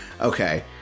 Okay